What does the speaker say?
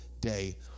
day